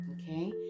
okay